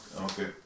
Okay